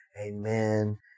Amen